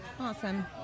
Awesome